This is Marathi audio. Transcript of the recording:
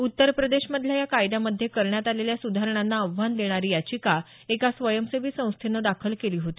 उत्तर प्रदेश मधल्या या कायद्या मध्ये करण्यात आलेल्या सुधारणांना आव्हान देणारी याचिका एका स्वयंसेवी संस्थेनं दाखल केली होती